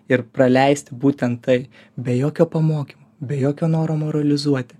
ir praleisti būtent tai be jokio pamokymo be jokio noro moralizuoti